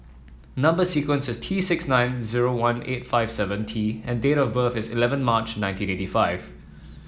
number sequence is T six nine zero one eight five seven T and date of birth is eleven March nineteen eighty five